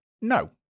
no